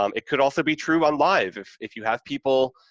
um it could also be true on live, if if you have people,